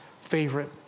favorite